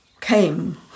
came